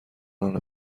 نان